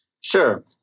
Sure